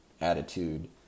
attitude